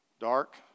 Dark